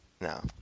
No